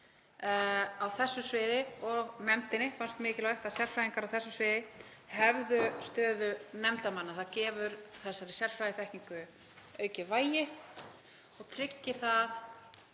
þetta mál. Mér og nefndinni fannst mikilvægt að sérfræðingar á þessu sviði hefðu stöðu nefndarmanna. Það gefur þessari sérfræðiþekkingu aukið vægi og tryggir að